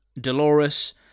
dolores